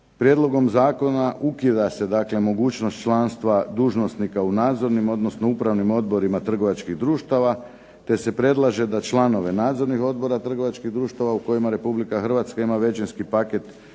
Prijedlogom zakona ukida se dakle mogućnost članstva dužnosnika u nadzornim, odnosno upravnim odborima trgovačkih društava, te se predlaže da članove nadzornih odbora trgovačkih društava u kojima Republika Hrvatska ima većinski paket